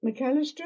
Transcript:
McAllister